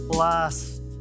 Last